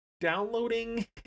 downloading